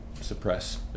suppress